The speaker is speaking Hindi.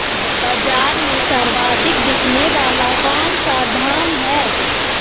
बाज़ार में सर्वाधिक बिकने वाला कौनसा धान है?